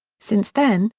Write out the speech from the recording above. since then,